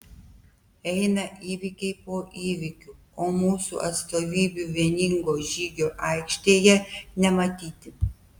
eina įvykiai po įvykių o mūsų atstovybių vieningo žygio aikštėje nematyti